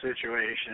situation